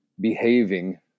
behaving